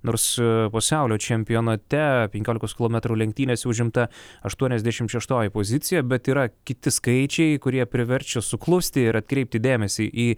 nors pasaulio čempionate penkiolikos kilometrų lenktynėse užimta aštuoniasdešimt šeštoji pozicija bet yra kiti skaičiai kurie priverčia suklusti ir atkreipti dėmesį į